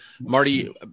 Marty